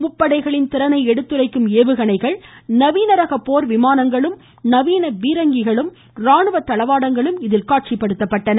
முப்பைடைகளின் திறனை எடுத்துரைக்கும் ஏவுகணைகள் நவீன ரக போர்விமானங்களும் நவீன பீரங்கிகளும் ராணுவத் தளவாடங்களும் இதில் காட்சிபடுத்தப்பட்டன